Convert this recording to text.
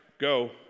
go